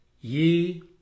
Ye